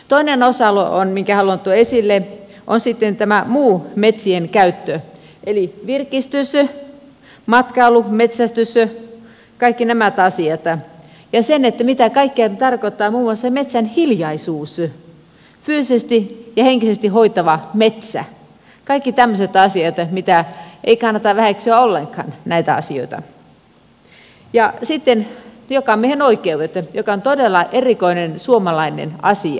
toinen osa alue minkä haluan tuoda esille on sitten tämä muu metsien käyttö eli virkistys matkailu metsästys kaikki nämä asiat ja se mitä kaikkea tarkoittaa muun muassa metsän hiljaisuus fyysisesti ja henkisesti hoitava metsä kaikki tämmöiset asiat joita ei kannata väheksyä ollenkaan ja sitten jokamiehenoikeudet joka on todella erikoinen suomalainen asia